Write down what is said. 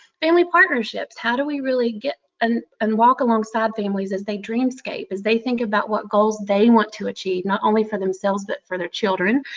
family partnerships how do we really get and and walk alongside families as they dreamscape, as they think about what goals they want to achieve, not only for themselves, but for their children.